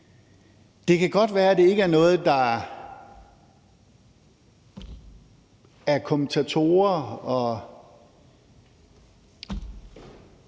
Det kan godt være, at det ikke er noget, der af kommentatorer og